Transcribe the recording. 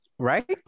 Right